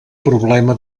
problema